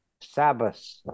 Sabbath